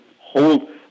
hold